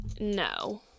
no